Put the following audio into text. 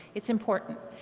it's important.